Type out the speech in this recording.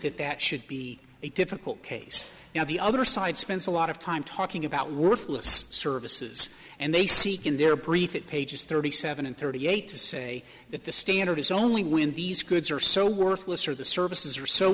that that should be a difficult case now the other side spends a lot of time talking about worthless services and they see in their brief it pages thirty seven and thirty eight to say that the standard is only when these goods are so worthless or the services are so